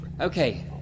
Okay